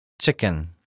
Chicken